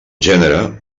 gènere